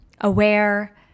aware